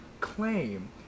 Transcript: claim